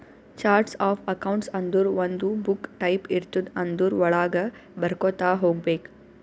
charts of accounts ಅಂದುರ್ ಒಂದು book type ಇರ್ತುದ್ ಅದುರ್ ವಳಾಗ ಬರ್ಕೊತಾ ಹೋಗ್ಬೇಕ್